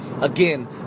Again